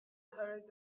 hurried